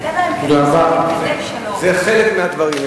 זה חלק מהדברים.